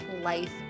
life